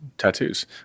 tattoos